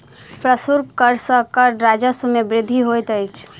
प्रशुल्क कर सॅ कर राजस्व मे वृद्धि होइत अछि